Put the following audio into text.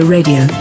Radio